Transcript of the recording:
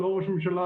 לא ראש ממשלה,